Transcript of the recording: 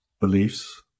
beliefs